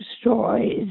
stories